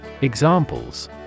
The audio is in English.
Examples